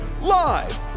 Live